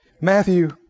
Matthew